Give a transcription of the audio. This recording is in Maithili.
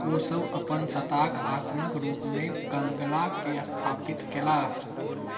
ओसभ अपन सत्ताक आसनक रूपमे कँगला के स्थापित केलाह